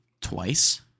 twice